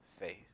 faith